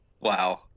Wow